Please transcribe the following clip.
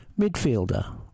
Midfielder